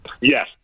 yes